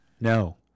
No